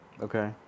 Okay